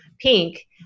pink